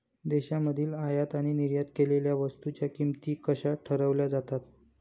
देशांमधील आयात आणि निर्यात केलेल्या वस्तूंच्या किमती कशा ठरवल्या जातात?